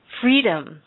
freedom